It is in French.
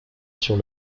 sur